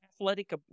athletic